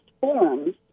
forms